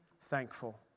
thankful